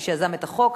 מי שיזם את החוק,